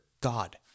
God